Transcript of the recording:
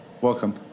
Welcome